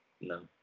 no